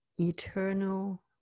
eternal